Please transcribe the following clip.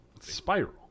spiral